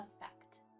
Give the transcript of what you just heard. effect